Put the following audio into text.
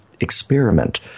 experiment